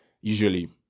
Usually